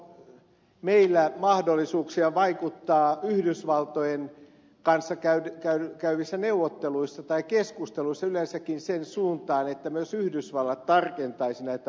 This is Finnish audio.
onko meillä mahdollisuuksia vaikuttaa yhdysvaltojen kanssa käytävissä neuvotteluissa tai keskusteluissa yleensäkin siihen suuntaan että myös yhdysvallat tarkentaisi näitä osumia